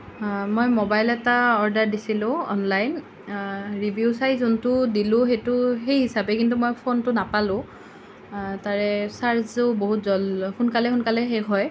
মই মবাইল এটা অৰ্ডাৰ দিছিলোঁ অনলাইন ৰেভিউ চাই যোনটো দিলোঁ সেইটো সেই হিচাপে কিন্তু মই ফোনটো নাপালোঁ তাৰে চাৰ্জো বহুত জল সোনকালে সোনকালে শেষ হয়